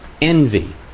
Envy